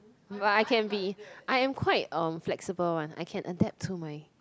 I can be I am quite um flexible [one] I can adapt to my